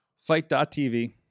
Fight.tv